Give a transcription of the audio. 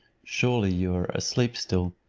surely you are asleep still,